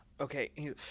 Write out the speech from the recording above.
okay